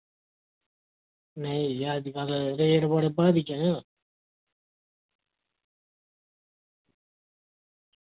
नेईं अज्जकल रेट बड़े बधी गे न